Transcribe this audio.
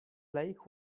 lake